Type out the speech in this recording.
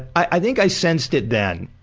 i think i sensed it then,